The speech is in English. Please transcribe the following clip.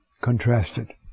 contrasted